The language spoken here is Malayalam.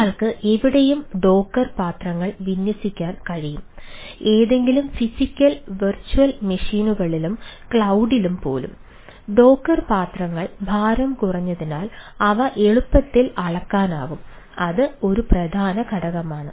ഒരാൾക്ക് എവിടെയും ഡോക്കർ പാത്രങ്ങൾ ഭാരം കുറഞ്ഞതിനാൽ അവ എളുപ്പത്തിൽ അളക്കാനാവും അത് ഒരു പ്രധാന ഘടകമാണ്